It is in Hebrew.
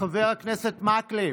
חבר הכנסת מקלב,